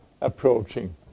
approaching